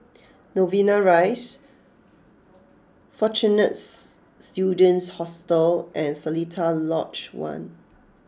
Novena Rise Fortune's Students Hostel and Seletar Lodge One